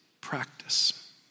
practice